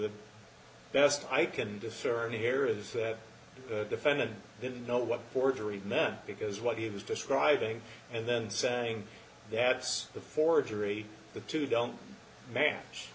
the best i can discern here is that the defendant didn't know what forgery met because what he was describing and then saying that's the forgery the two don't match